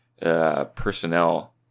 Personnel